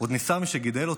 עוד ניסה מי שגידל אותו,